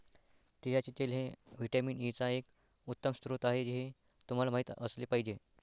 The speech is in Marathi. तिळाचे तेल हे व्हिटॅमिन ई चा एक उत्तम स्रोत आहे हे तुम्हाला माहित असले पाहिजे